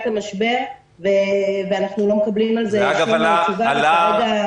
המשבר ואנחנו לא מקבלים על זה שום תשובה.